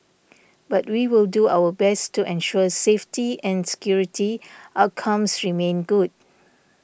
but we will do our best to ensure safety and security outcomes remain good